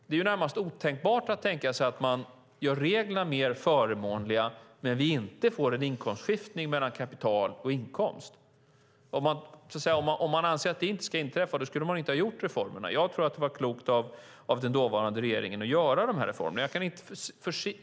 Det är närmast otänkbart att man gör reglerna mer förmånliga men inte får en skillnad mellan kapital och inkomst. Om man anser att det inte ska inträffa skulle man inte ha gjort reformerna. Jag tror att det var klokt av den dåvarande regeringen att göra dem.